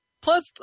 Plus